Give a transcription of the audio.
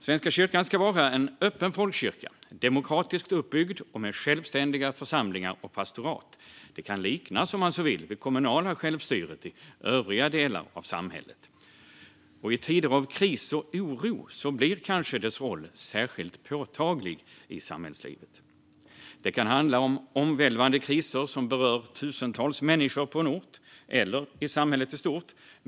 Svenska kyrkan ska vara en öppen folkkyrka, demokratiskt uppbyggd och med självständiga församlingar och pastorat. Det kan liknas, om man så vill, vid det kommunala självstyret i övriga delar av samhället. I tider av kris och oro blir kanske kyrkans roll särskilt påtaglig i samhällslivet. Det kan handla om omvälvande kriser som berör tusentals människor på en ort eller i samhället i stort.